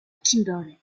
kimberley